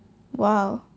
!wow!